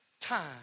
time